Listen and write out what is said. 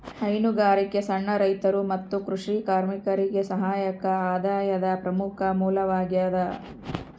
ಹೈನುಗಾರಿಕೆ ಸಣ್ಣ ರೈತರು ಮತ್ತು ಕೃಷಿ ಕಾರ್ಮಿಕರಿಗೆ ಸಹಾಯಕ ಆದಾಯದ ಪ್ರಮುಖ ಮೂಲವಾಗ್ಯದ